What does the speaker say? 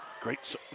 Great